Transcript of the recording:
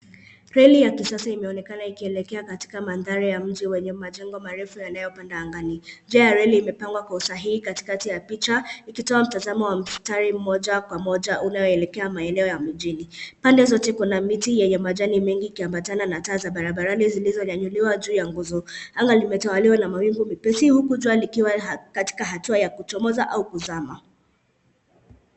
Reli ya kisasa inaonekana ikielekea katika mandhari ya mji wenye majengo marefu yanayopanda angani. Njia ya reli imepangwa kwa usahihi katikati ya picha, ikitoa mtazamo wa mstari mmoja kwa moja unaoelekea maeneo ya mjini. Pande zote kuna miti yenye majani mengi ikiambatana na taa za barabarani zilizonyanyuliwa juu ya nguzo. Anga limetawaliwa na mawingu mepesi huku jua likiwa katika hatua ya kuchomoza au kuzama.